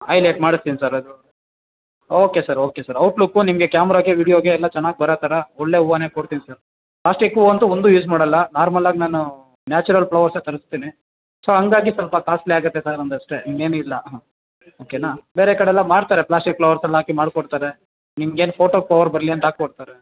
ಐಲೇಟ್ ಮಾಡಿಸ್ತೀನಿ ಸರ್ ಅದು okay sir okay sir outlook ನಿಮಗೆ ಕ್ಯಾಮರಾಗೆ ವಿಡ್ಯೋಗೆ ಎಲ್ಲ ಚೆನ್ನಾಗಿ ಬರೋ ಥರ ಒಳ್ಳೆ ಹೂವನ್ನೇ ಕೊಡ್ತೀನಿ ಸರ್ ಪ್ಲ್ಯಾಸ್ಟಿಕ್ ಹೂವು ಅಂತೂ ಒಂದೂ ಯೂಸ್ ಮಾಡೋಲ್ಲ ನಾರ್ಮಲ್ಲಾಗಿ ನಾನು ನ್ಯಾಚುರಲ್ ಪ್ಲವರ್ಸೆ ತರಿಸ್ತೀನಿ ಸೋ ಹಂಗಾಗಿ ಸ್ವಲ್ಪ ಕಾಸ್ಟ್ಲಿ ಆಗುತ್ತೆ ಸರ್ ನಮ್ದು ಅಷ್ಟೇ ಇನ್ನೇನಿಲ್ಲ ಓಕೆನಾ ಬೇರೆ ಕಡೆಲ್ಲ ಮಾಡ್ತಾರೆ ಪ್ಲ್ಯಾಸ್ಟಿಕ್ ಪ್ಲವರ್ಸಲ್ಲಿ ಹಾಕಿ ಮಾಡ್ಕೊಡ್ತಾರೆ ನಿಮ್ಗೇನು ಫೋಟೋ ಕವರ್ ಬರಲಿ ಅಂತ ಹಾಕ್ಕೊಡ್ತಾರೆ